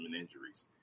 injuries